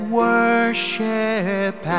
worship